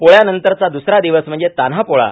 पोळ्यानंतरचा द्रसरा दिवस म्हणजे तान्हा पोळा